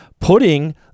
putting